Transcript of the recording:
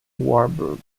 warburg